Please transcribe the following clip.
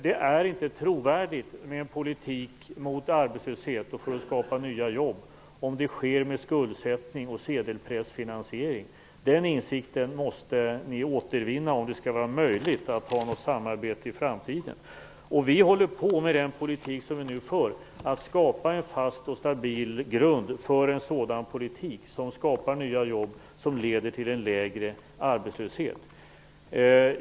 En politik mot arbetslöshet och för att skapa nya jobb är inte trovärdig om den innefattar skuldsättning och sedelpressfinansiering. Den insikten måste ni återvinna, om det skall vara möjligt att ha något samarbete i framtiden. Den politik som vi nu för syftar till att skapa en stabil grund för nya jobb och att åstadkomma en lägre arbetslöshet.